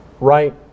right